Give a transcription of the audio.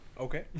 Okay